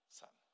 son